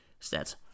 Stats